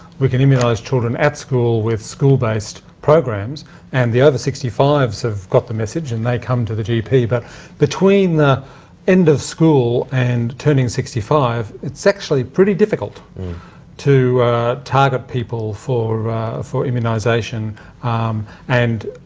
we can immunise children at school with school-based programs and the over sixty five s have got the message, and they come to the gp, but between the end of school and turning sixty five, it's actually pretty difficult to target people for for immunisation um and,